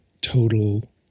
total